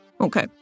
Okay